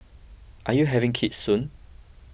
are you having kids soon